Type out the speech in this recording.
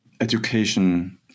education